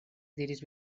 diris